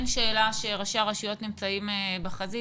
אין שאלה שראשי הרשויות נמצאים בחזית,